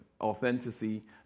authenticity